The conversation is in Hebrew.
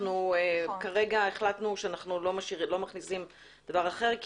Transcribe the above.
וכרגע החלטנו שאנחנו לא מכניסים דבר אחר - כי